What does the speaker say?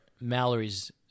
Mallory's